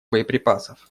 боеприпасов